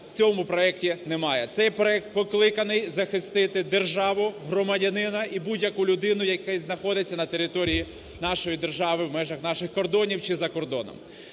в цьому проекті немає. Цей проект покликаний захистити державу, громадянина і будь-яку людину, яка заходиться на території нашої держави, в межах наших кордонів чи за кордоном.